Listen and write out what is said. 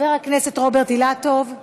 חבר הכנסת רוברט אילטוב,